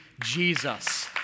Jesus